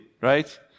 right